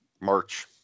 March